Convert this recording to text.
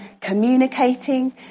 communicating